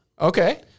Okay